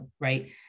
right